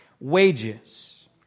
wages